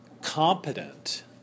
competent